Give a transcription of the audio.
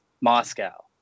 Moscow